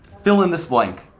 fill in this blank,